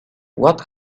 what